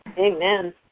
Amen